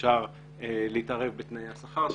אפשר להתערב בתנאי השכר שלהם,